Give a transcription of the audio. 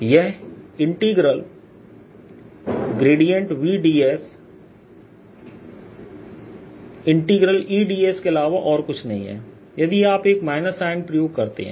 यह VdS EdS के अलावा और कुछ नहीं है यदि आप एक माइनस साइन प्रयोग करते हैं